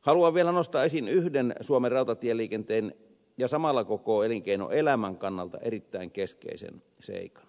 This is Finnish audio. haluan vielä nostaa esiin suomen rautatieliikenteen ja samalla koko elinkeinoelämän kannalta yhden erittäin keskeisen seikan